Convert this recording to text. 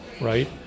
right